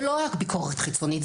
זה לא רק ביקורת חיצונית,